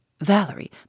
Valerie